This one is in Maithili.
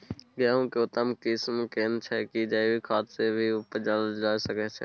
गेहूं के उत्तम किस्म केना छैय जे जैविक खाद से भी उपजायल जा सकते?